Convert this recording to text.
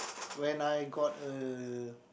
when I got a